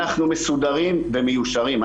אנחנו מסודרים ומיושרים.